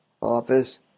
Office